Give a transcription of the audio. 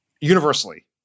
universally